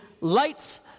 lights